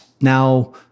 now